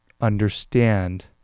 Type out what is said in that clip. understand